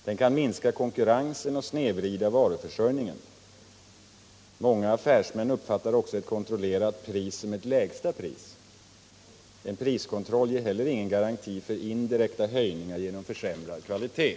Den kan minska konkurrensen och snedvrida varuförsörjningen. Många affärsmän uppfattar också ett kontrollerat pris som ett lägsta pris. En priskontroll ger heller ingen garanti för indirekta höjningar genom försämrad kvalitet.”